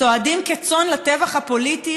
צועדים כצאן לטבח הפוליטי,